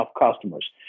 customers